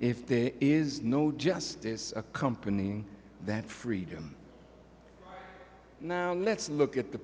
if there is no justice a company that freedom let's look at the